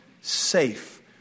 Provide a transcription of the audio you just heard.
safe